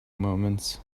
moments